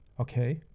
okay